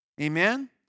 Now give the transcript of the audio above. Amen